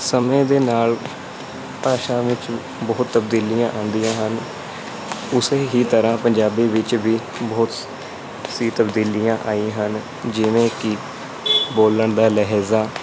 ਸਮੇਂ ਦੇ ਨਾਲ ਭਾਸ਼ਾ ਵਿੱਚ ਬਹੁਤ ਤਬਦੀਲੀਆਂ ਆਉਂਦੀਆਂ ਹਨ ਉਸੇ ਹੀ ਤਰ੍ਹਾਂ ਪੰਜਾਬੀ ਵਿੱਚ ਵੀ ਬਹੁਤ ਸ ਸੀ ਤਬਦੀਲੀਆਂ ਆਈ ਹਨ ਜਿਵੇਂ ਕਿ ਬੋਲਣ ਦਾ ਲਹਿਜ਼ਾ